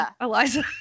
Eliza